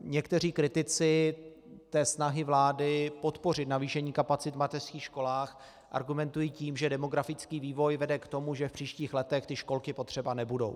Někteří kritici té snahy vlády podpořit navýšení kapacit v mateřských školách argumentují tím, že demografický vývoj vede k tomu, že v příštích letech ty školky potřeba nebudou.